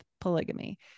Polygamy